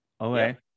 Okay